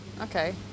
Okay